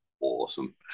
Awesome